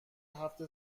هفت